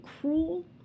cruel